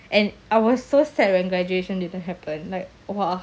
and I was so sad when graduation didn't happen like !wah!